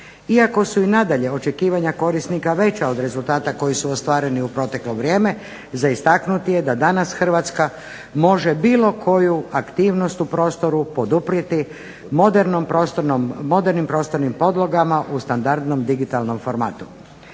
Iako su i nadalje očekivanja korisnika veća od rezultata koji su ostvareni u proteklo vrijeme za istaknuti je da danas Hrvatska može bilo koju aktivnost u prostoru poduprijeti modernim prostornim podlogama u standardnom digitalnom formatu.